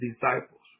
disciples